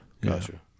Gotcha